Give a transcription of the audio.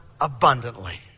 abundantly